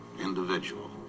individual